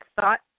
thought